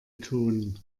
tun